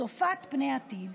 צופת פני עתיד,